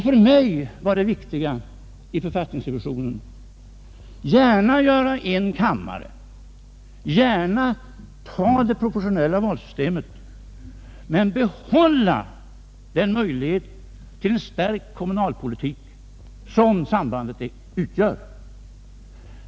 För mig var det viktiga i författningsrevisionen: Gärna en kammare, gärna proportionellt valsystem, men behåll den möjlighet till stärkt kommunalpolitik som sambandet utgör.